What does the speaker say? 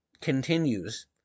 Continues